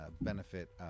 benefit